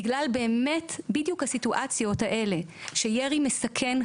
בגלל בדיוק הסיטואציות האלה, שירי מסכן חיים.